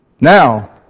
Now